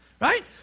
Right